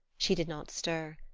she did not stir.